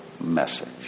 message